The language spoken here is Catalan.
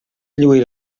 lluir